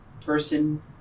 person